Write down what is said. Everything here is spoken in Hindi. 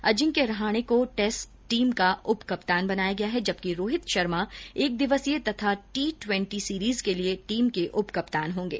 अजिंक्य रहाणे को टेस्ट टीम का उप कप्तान बनाया गया है जबकि रोहित शर्मा एक दिवसीय तथा टी ट्वेंटी सीरिज के लिये टीम के उप कप्तान होंगे